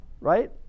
right